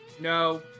No